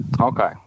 Okay